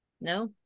No